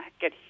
get